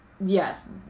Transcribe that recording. Yes